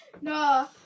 no